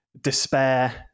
despair